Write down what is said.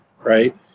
right